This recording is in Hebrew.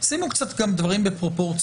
שימו קצת גם דברים בפרופורציות.